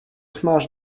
smash